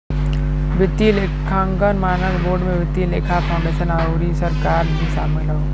वित्तीय लेखांकन मानक बोर्ड में वित्तीय लेखा फाउंडेशन आउर सरकार भी शामिल हौ